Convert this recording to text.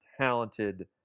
talented